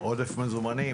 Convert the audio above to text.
בשל עודף מזומנים.